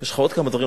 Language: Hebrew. יש עוד כמה דברים,